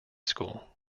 school